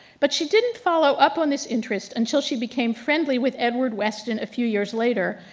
but she didn't follow up on this interest until she became friendly with edward weston a few years later,